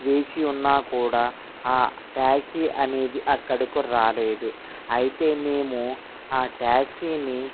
వేచి ఉన్నా కూడా ఆ ట్యాక్సీ అనేది అక్కడకు రాలేదు అయితే మేము ఆ ట్యాక్సీని